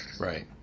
right